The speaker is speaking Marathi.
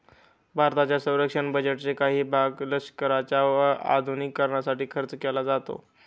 भारताच्या संरक्षण बजेटचा काही भाग लष्कराच्या आधुनिकीकरणासाठी खर्च केला जातो